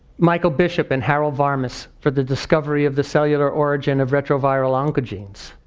michael bishop and harold varmus for the discovery of the cellular origin of retroviral oncogenes.